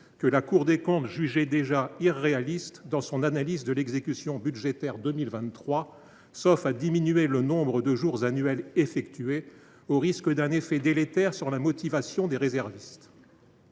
que la Cour des comptes jugeait déjà irréaliste dans son analyse de l’exécution budgétaire 2023, sauf à diminuer le nombre de jours annuels effectués, au risque d’un effet délétère sur la motivation des réservistes.